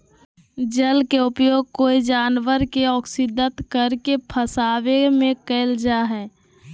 जल के उपयोग कोय जानवर के अक्स्र्दित करके फंसवे में कयल जा हइ